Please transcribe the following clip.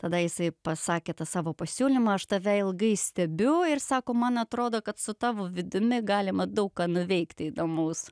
tada jisai pasakė tą savo pasiūlymą aš tave ilgai stebiu ir sako man atrodo kad su tavo vidumi galima daug ką nuveikti įdomaus